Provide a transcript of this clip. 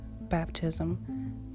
baptism